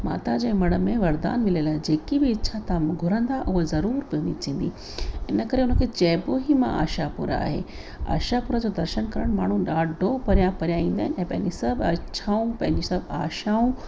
माता जे मड़ में वरदानु मिलियल आहे जेकी बि इच्छा तव्हां घुरंदा उहा जरूर पूरी थींदी इन करे उनखे चइबो ई मां आशापूरा आहे आशापूरा जो दर्शनु करण माण्हू ॾाढो परियां परियां ईंदा आहिनि ऐं पंहिंजी सभु इच्छाऊं पंहिंजी सभु आशाऊं